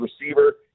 receiver